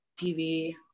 TV